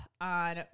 on